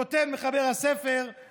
כותב מחבר הספר,